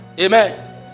Amen